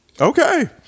okay